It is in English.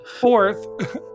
Fourth